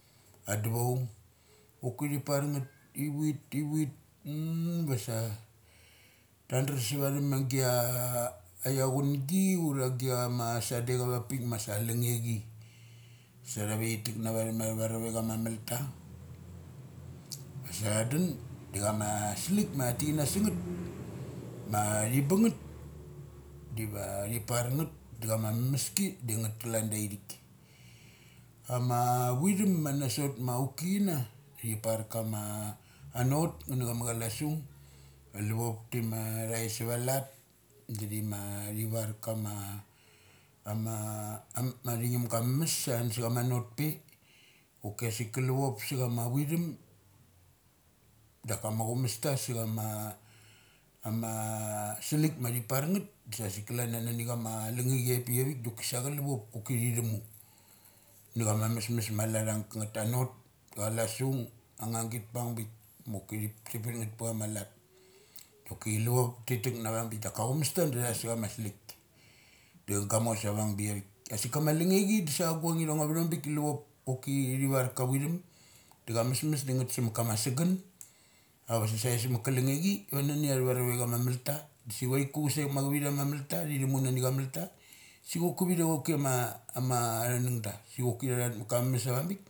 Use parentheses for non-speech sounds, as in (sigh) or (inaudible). Aduchoung choki thi parngeth ivit, ivit (hesitation) vasa tan drum suva thum agia achiaungi ura nama gia sade cha ava pik masa chama langne chi sav tha ve thi tekna nani athova rovek ama malta (noise) vass tha dun, da cha ma slik ma tha tik kana sangeth, (noise) ma thi bung ngeth diva thi par ngeth da chama ma mes ki da ngeth kalan da ithik. Ama vithum ama sot ma auki chana thi par kama anot nga na cha ma chalasung. Aluchop tima tait savalat di thi mo thi var kama, ama, am, thi ngim gama mames sa thun sa cha ma not pe. Choki asik ka luchop sa cha ma vitnum dak amumesta sa chama, ama salik ma thi par ngth da sa sik klana nani chama lungngechi apik da kasa cha luchop koki tha thumu na cha ma mesmes lath ang kangeth, anot, da chaksung anga git pung bik ma choki ti pat ngeta pe va lat doki luchovop te tek na vung bik daka aumes ta da tha sa cha ma slik. Da gamos avung bi avik asik kama lingngechi da guang ithong ava thong bik luohop koki thi varka ma vitnum da cha mesmes da ngeth sama kama sug gun. Auk va sa save samat ka lungnse chi, va nani athavarovek ama malta. Si chuaiku chusek machivitha ma maltha thi thumunani cha malta. So anok kivi cha choki ama, ama thun nung da. Sa choki tha that cha mesmes avabik.